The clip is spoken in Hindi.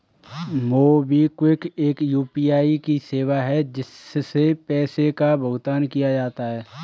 मोबिक्विक एक यू.पी.आई की सेवा है, जिससे पैसे का भुगतान किया जाता है